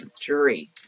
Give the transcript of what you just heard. jury